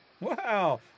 Wow